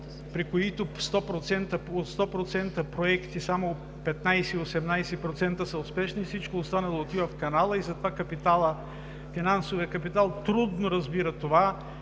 при които от 100% проекти само 15 – 18% са успешни, всичко останало отива в канала и затова финансовият капитал трудно разбира това